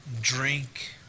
drink